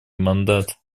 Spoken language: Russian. мандат